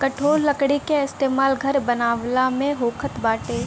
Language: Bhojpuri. कठोर लकड़ी के इस्तेमाल घर बनावला में होखत बाटे